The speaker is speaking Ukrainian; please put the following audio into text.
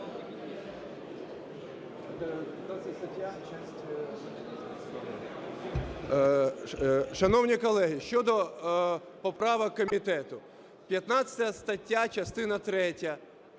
Шановні колеги, щодо поправок комітету. 15 стаття, частина третя,